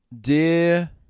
Dear